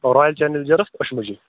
royal challengers اَشمُجِی